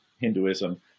Hinduism